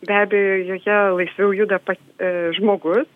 be abejo joje laisviau juda pats žmogus